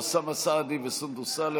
אוסאמה סעדי וסונדוס סאלח.